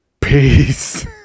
Peace